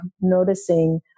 noticing